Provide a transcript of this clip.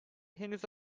henüz